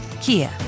Kia